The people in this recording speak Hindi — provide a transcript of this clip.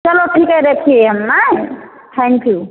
चलो ठीक है रखिए हम हाँ चलो थैंक यू